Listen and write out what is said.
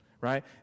right